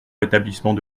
rétablissement